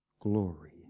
glory